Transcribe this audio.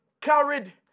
carried